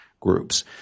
groups